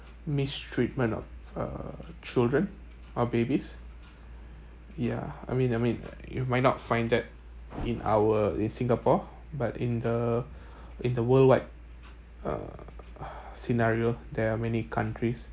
mistreatment of uh children or babies yeah I mean I mean you might not find that in our in singapore but in the in the worldwide uh scenario there are many countries